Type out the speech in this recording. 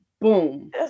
boom